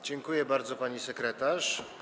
Dziękuję bardzo, pani sekretarz.